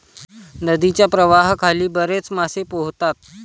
नदीच्या प्रवाहाखाली बरेच मासे पोहतात